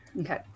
okay